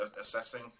assessing